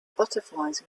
butterflies